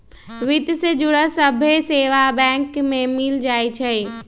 वित्त से जुड़ल सभ्भे सेवा बैंक में मिल जाई छई